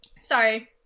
sorry